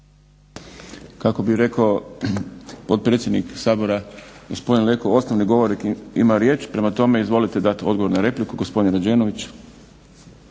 Kako bi rekao potpredsjednik Sabora gospodin Leko, ostali govornik ima riječ, prema tome izvolite dati odgovor na repliku gospodin Rađenović.